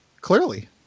Clearly